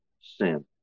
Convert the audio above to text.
sin